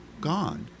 God